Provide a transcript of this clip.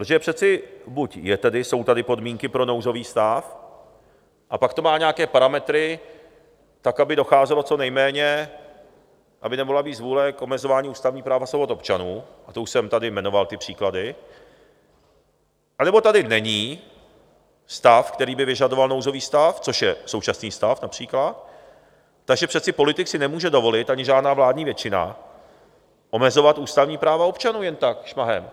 Protože přece buď jsou tady podmínky pro nouzový stav, a pak to má nějaké parametry, tak aby docházelo co nejméně, aby nemohla být zvůle k omezování ústavních práv a svobod občanů, a to už jsem tady jmenoval ty příklady, anebo tady není stav, který by vyžadoval nouzový stav, což je současný stav například, takže přece politik si nemůže dovolit, ani žádná vládní většina, omezovat ústavní práva občanů jen tak šmahem.